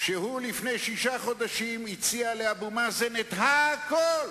שהוא, לפני שישה חודשים, הציע לאבו מאזן את הכול,